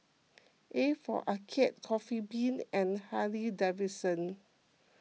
A for Arcade Coffee Bean and Harley Davidson